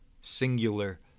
singular